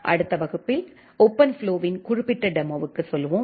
அடுத்த வகுப்பில் ஓபன்ஃப்ளோவின் குறிப்பிட்ட டெமோவுக்கு செல்வோம்